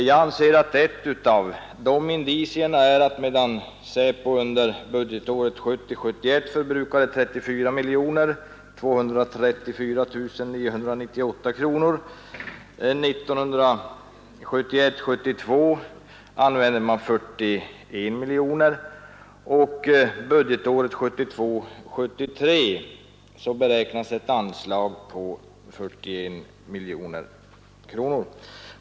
Jag anser att ett av dessa indicier är att SÄPO under budgetåret 1970 73 beräknas till ca 41 miljoner kronor.